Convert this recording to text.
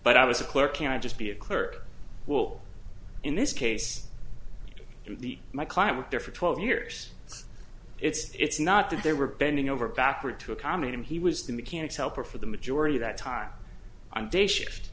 but i was a clerk can i just be a clerk will in this case the my client worked there for twelve years it's not that they were bending over backward to accommodate him he was the mechanics helper for the majority that time on day shift